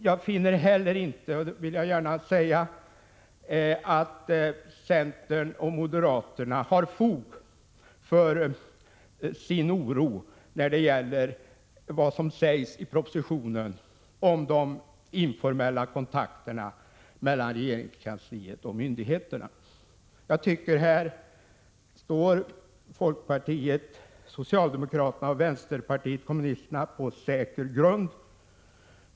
Jag finner inte heller att centern och moderaterna har fog för sin oro när det gäller vad som sägs i propositionen om de informella kontakterna mellan regeringskansliet och myndigheterna. Här står folkpartiet, socialdemokraterna och vpk på säker 19 grund.